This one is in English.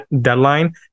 deadline